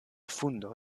fundo